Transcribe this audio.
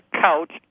couch